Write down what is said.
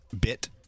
bit